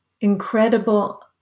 incredible